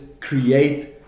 Create